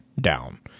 down